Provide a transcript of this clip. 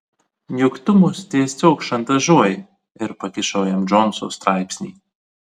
juk tu mus tiesiog šantažuoji ir pakišau jam džonso straipsnį